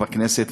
בכנסת.